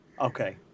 Okay